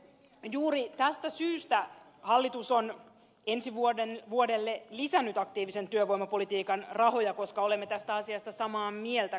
juuri tästä syystä hallitus on ensi vuodelle lisännyt aktiivisen työvoimapolitiikan rahoja koska olemme tästä asiasta samaa mieltä kuin oecd